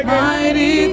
mighty